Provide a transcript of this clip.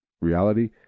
reality